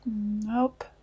nope